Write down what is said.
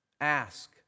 Ask